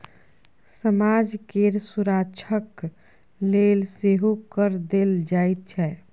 समाज केर सुरक्षाक लेल सेहो कर देल जाइत छै